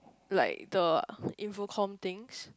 like the infocomm things